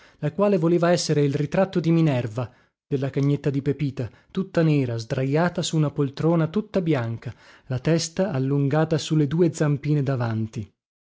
la quale voleva essere il ritratto di minerva della cagnetta di pepita tutta nera sdrajata su una poltrona tutta bianca la testa allungata su le due zampine davanti